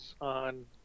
on